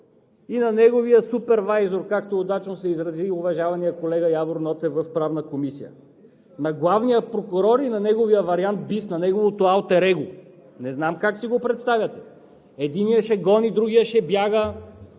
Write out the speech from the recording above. и на неговия супервайзор, както удачно се изрази уважаваният колега Явор Нотев в Правна комисия, на главния прокурор и на неговия вариант бис, на неговото алтер его? Не знам как си го представяте!? Единият ще гони, другият ще бяга.